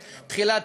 את תחילת